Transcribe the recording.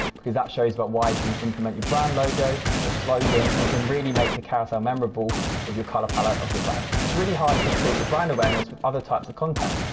because that shows about but why you can implement your brand logo, your slogan, and you can really make the carousel memorable of your colour palette of your brand. it's really hard to increase your brand awareness with other types of content.